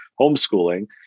homeschooling